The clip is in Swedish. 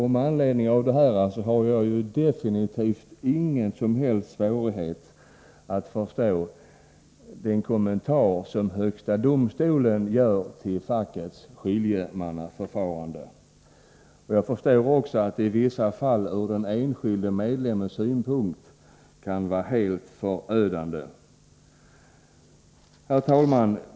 Jag har definitivt ingen som helst svårighet att förstå den kommentar som högsta domstolen gör till fackets skiljemannaförfarande. Jag förstår också att förfarandet ur den enskilde medlemmens synpunkt i vissa fall kan vara helt förödande. Herr talman!